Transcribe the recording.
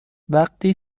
وقتی